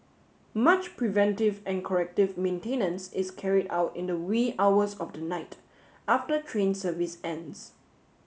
much preventive and corrective maintenance is carried out in the wee hours of the night after train service ends